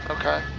Okay